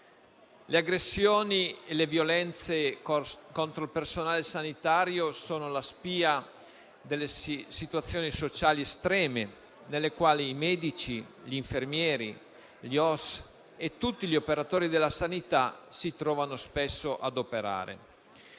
Le aggressioni e le violenze contro il personale sanitario sono la spia delle situazioni sociali estreme nelle quali i medici, gli infermieri, gli OSS e tutti gli operatori della sanità si trovano spesso ad operare.